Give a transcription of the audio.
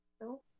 No